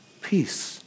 peace